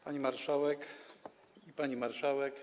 Pani Marszałek i Pani Marszałek!